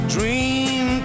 Dream